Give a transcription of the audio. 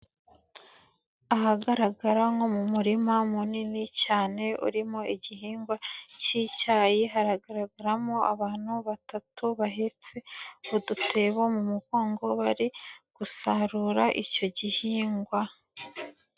Ahagaragara nko mu murima munini cyane urimo igihingwa cy'icyayi, hagaragaramo abantu batatu bahetse udutebo mu mugongo, bari gusarura icyo gihingwa.